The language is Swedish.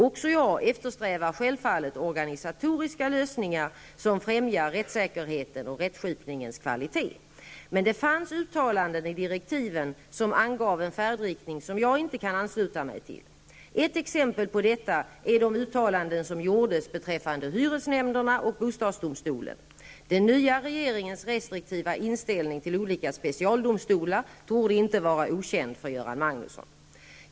Också jag eftersträvar självfallet organisatoriska lösningar som främjar rättssäkerheten och rättskipningens kvalitet. Men det fanns uttalanden i direktiven som angav en färdriktning som jag inte kan ansluta mig till. Ett exempel på detta är de uttalanden som gjordes beträffande hyresnämnderna och bostadsdomstolen. Den nya regeringens restriktiva inställning till olika specialdomstolar torde inte vara okänd för Göran Magnusson.